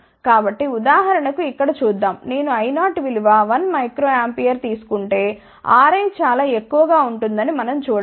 కాబట్టి ఉదాహరణకు ఇక్కడ చూద్దాంనేను I0 విలువ 1 మైక్రోఆంపియర్ తీసు కుంటే Riచాలా ఎక్కువ గా ఉంటుందని మనం చూడ వచ్చు